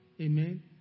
amen